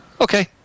Okay